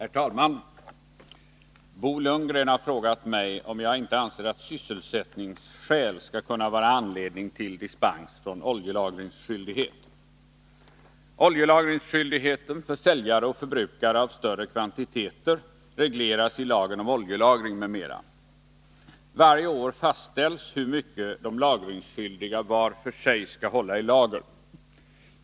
Herr talman! Bo Lundgren har frågat mig om jag inte anser att sysselsättningsskäl skall kunna vara anledning till dispens från oljelagringsskyldighet. Oljelagringsskyldigheten för säljare och förbrukare av större kvantiteter regleras i lagen om oljelagring m.m. Varje år fastställs hur mycket de lagringsskyldiga var för sig skall hålla i lager.